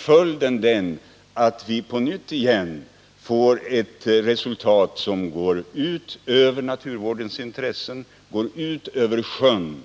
Följden blir då den att vi får ett vattenstånd som återigen skadar naturvårdsintresset och sjön